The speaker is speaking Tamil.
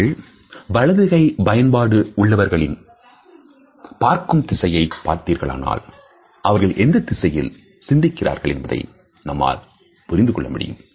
நீங்கள் வலது கை பயன்பாடு உள்ளவர்களின் பார்க்கும் திசையை பார்த்தீர்களானால் அவர்கள் எந்தத்திசையில் சிந்திக்கிறார்கள் என்பதை நம்மால் புரிந்துகொள்ள முடியும்